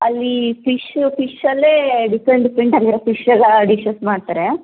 ಅಲ್ಲಿ ಫಿಶ್ಶು ಫಿಶ್ಶಲ್ಲೇ different different ಆಗಿರೋ ಫಿಶೆಲ್ಲ ಡಿಶಸ್ ಮಾಡ್ತಾರೆ